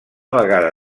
vegada